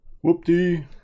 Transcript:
Whoop-dee